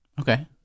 Okay